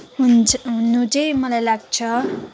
हुन्छ हुन चाहिँ मलाई लाग्छ